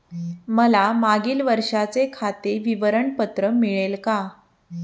मला मागील वर्षाचे खाते विवरण पत्र मिळेल का?